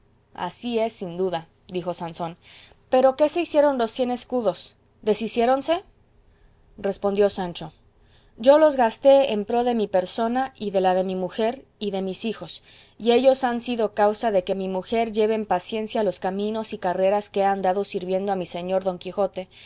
así es sin duda dijo sansón pero qué se hicieron los cien escudos deshiciéronse respondió sancho yo los gasté en pro de mi persona y de la de mi mujer y de mis hijos y ellos han sido causa de que mi mujer lleve en paciencia los caminos y carreras que he andado sirviendo a mi señor don quijote